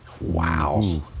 Wow